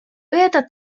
это